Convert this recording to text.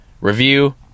review